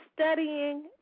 studying